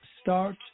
start